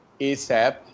ASAP